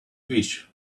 wish